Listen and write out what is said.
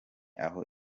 aho